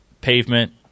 pavement